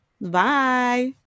bye